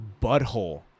butthole